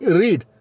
read